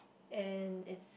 and it's